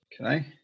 okay